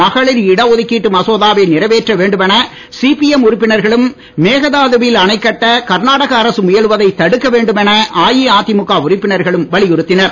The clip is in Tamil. மகளிர் இடஒதுக்கீட்டு மசோதாவை நிறைவேற்ற வேண்டுமென சிபிஎம் உறுப்பினர்களும் மேகதாது வில் அணை கட்ட கர்நாடக அரசு முயலுவதைத் தடுக்க வேண்டுமென அஇஅதிமுக உறுப்பினர்களும் வலியுறுத்தினர்